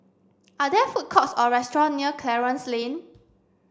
are there food courts or restaurants near Clarence Lane